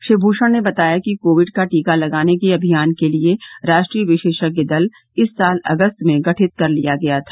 श्री भूषण ने बताया कि कोविड का टीका लगाने के अभियान के लिए राष्ट्रीय विशेषज्ञ दल इस साल अगस्त में गठित कर लिया गया था